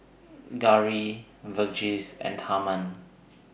Gauri Verghese and Tharman